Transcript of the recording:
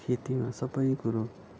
खेतीमा सबै कुरो